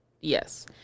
Yes